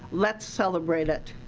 lets celebrate it.